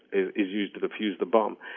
is is used to defuse the bomb.